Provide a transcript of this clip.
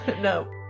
no